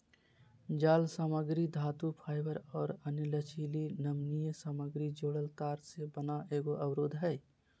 जालसामग्री धातुफाइबर और अन्य लचीली नमनीय सामग्री जोड़ल तार से बना एगो अवरोध हइ